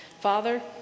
Father